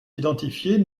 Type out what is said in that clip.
identifiées